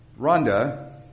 Rhonda